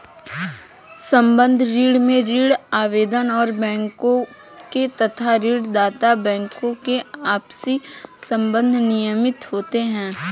संबद्ध ऋण में ऋण आवेदक और बैंकों के तथा ऋण दाता बैंकों के आपसी संबंध नियमित होते हैं